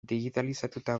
digitalizatuta